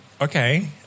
Okay